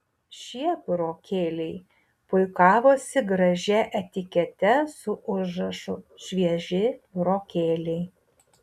šie burokėliai puikavosi gražia etikete su užrašu švieži burokėliai